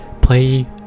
play